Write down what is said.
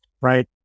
right